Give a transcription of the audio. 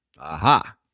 Aha